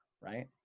right